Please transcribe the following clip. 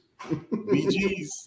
BGs